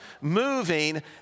moving